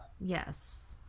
Yes